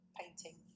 painting